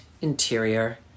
interior